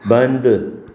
बंदि